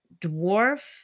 dwarf